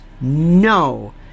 no